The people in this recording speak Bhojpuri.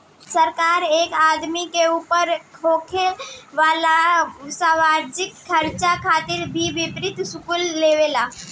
सरकार एक आदमी के ऊपर होखे वाला सार्वजनिक खर्चा खातिर भी वित्तीय शुल्क लेवे ला